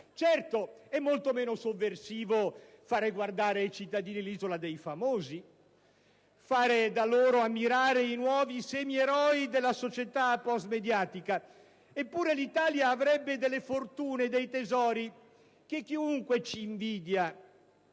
Certo, è molto meno sovversivo far guardare ai cittadini «L'isola dei famosi» e far loro ammirare i nuovi semieroi della società postmediatica. Eppure, l'Italia avrebbe delle fortune e dei tesori che chiunque ci invidia.